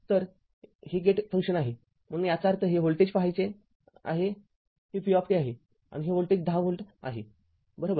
तर हे gate function आहे म्हणून याचा अर्थ हे व्होल्टेज पाहायचे आहे हे v आहे आणि हे व्होल्टेज १० व्होल्ट आहे बरोबर